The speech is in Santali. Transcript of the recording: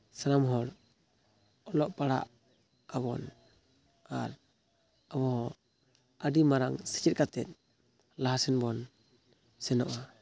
ᱥᱟᱱᱟᱢ ᱦᱚᱲ ᱚᱞᱚᱜ ᱯᱟᱲᱦᱟᱜ ᱟᱵᱚᱱ ᱟᱨ ᱟᱵᱚᱦᱚᱸ ᱟᱹᱰᱤ ᱢᱟᱨᱟᱝ ᱥᱮᱪᱮᱫ ᱠᱟᱛᱮᱫ ᱞᱟᱦᱟ ᱥᱮᱱ ᱵᱚᱱ ᱥᱮᱱᱚᱜᱼᱟ